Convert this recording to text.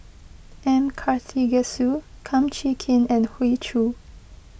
M Karthigesu Kum Chee Kin and Hoey Choo